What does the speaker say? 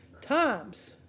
times